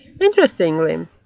Interestingly